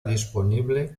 disponible